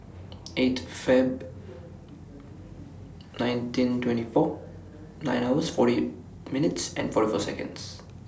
eight Feb nineteen twenty four nine hours forty minutes and forty four Seconds